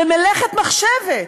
במלאכת מחשבת,